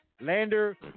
Lander